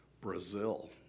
Brazil